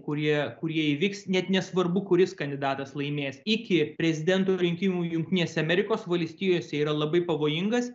kurie kurie įvyks net nesvarbu kuris kandidatas laimės iki prezidento rinkimų jungtinėse amerikos valstijose yra labai pavojingas